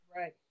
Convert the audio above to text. Right